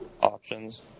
options